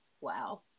wow